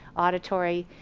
auditory,